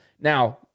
Now